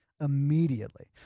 immediately